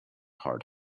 hard